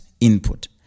input